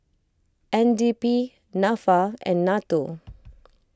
N D P Nafa and Nato